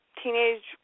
teenage